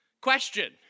Question